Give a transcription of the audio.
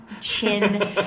chin